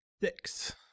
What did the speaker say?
six